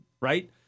Right